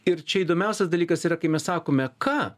ir čia įdomiausias dalykas yra kai mes sakome ką